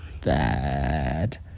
bad